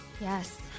Yes